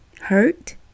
hurt